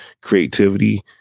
creativity